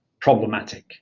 problematic